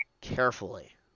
carefully